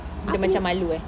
dia macam malu eh